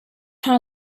how